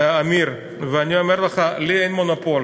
עמיר, ואני אומר לך, לי אין מונופול